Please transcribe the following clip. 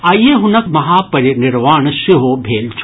आइए हुनक महापरिनिर्वाण सेहो भेल छल